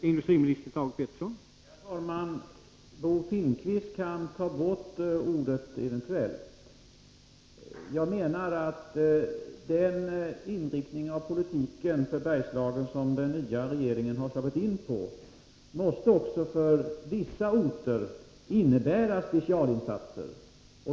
Herr talman! Bo Finnkvist kan ta bort ordet ”eventuellt”. Den inriktning som den nya regeringen har gett politiken för Bergslagen måste också för vissa orter innebära speciella insatser.